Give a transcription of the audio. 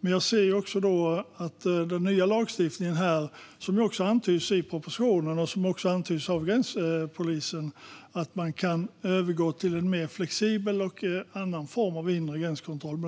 Men jag ser också - det antyds i propositionen och av gränspolisen - att man med den nya lagstiftningen kan övergå till en mer flexibel form av inre gränskontroll